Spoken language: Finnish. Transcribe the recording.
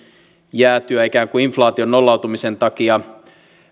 jäätyä ikään kuin inflaation nollautumisen takia